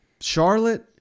Charlotte